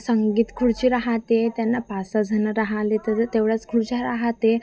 संगीत खुर्ची राहते त्यांना पाच सहाजण राहिले तर तेवढ्याच खुर्च्या राहते